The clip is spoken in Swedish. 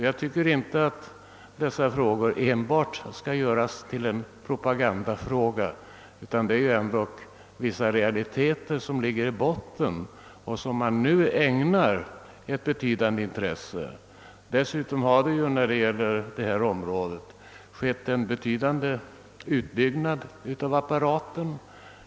Jag tycker inte att dessa problem skall göras till enbart en propagandafråga, ty det är ändå vissa realiteter som ligger i botten och vilka man nu ägnar ett betydande intresse. Dessutom har det på detta område skett en betydande utbyggnad av apparaten.